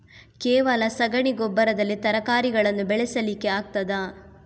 ಕೇವಲ ಸಗಣಿ ಗೊಬ್ಬರದಲ್ಲಿ ತರಕಾರಿಗಳನ್ನು ಬೆಳೆಸಲಿಕ್ಕೆ ಆಗ್ತದಾ?